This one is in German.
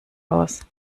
aus